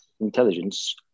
intelligence